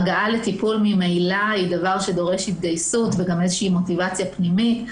הגעה לטיפול ממילא היא דבר שדורש התגייסות ומוטיבציה פנימית.